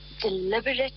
deliberate